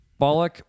Bollock